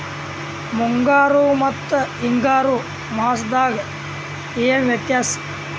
ಮುಂಗಾರು ಮತ್ತ ಹಿಂಗಾರು ಮಾಸದಾಗ ಏನ್ ವ್ಯತ್ಯಾಸ?